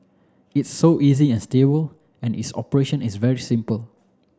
it's so easy and stable and its operation is very simple